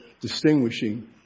distinguishing